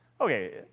Okay